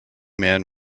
man